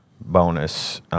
bonus